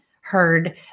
heard